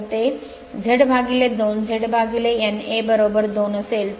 तर ते Z 2 Z N A 2 असेल